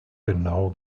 genau